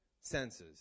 senses